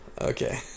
okay